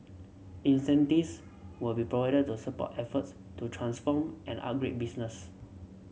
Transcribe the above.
incentives will be provided to support efforts to transform and upgrade business